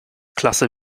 klasse